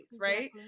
right